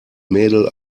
mädel